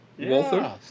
Walter